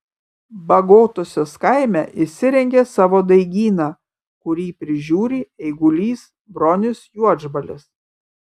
bagotosios kaime įsirengė savo daigyną kurį prižiūri eigulys bronius juodžbalis